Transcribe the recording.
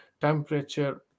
temperature